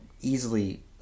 easily